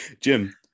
Jim